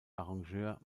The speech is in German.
arrangeur